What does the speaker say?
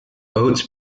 oates